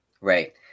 Right